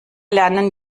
lernen